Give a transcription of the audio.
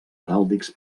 heràldics